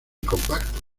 compactos